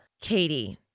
Katie